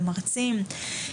במרצים.